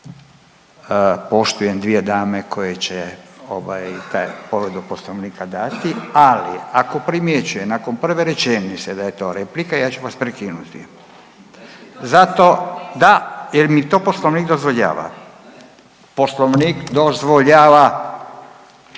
Poštujem dvije dame koje će ovaj, te povredu Poslovnika dati, ali ako primjećujem nakon prve rečenice da je to replika, ja ću vas prekinuti. .../Upadica se ne čuje./... Zato, da, jer mi to Poslovnik dozvoljava. Poslovnik dozvoljava,